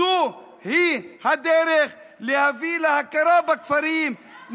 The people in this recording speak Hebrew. היא הדרך להביא להכרה בכפרים.